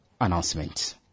announcement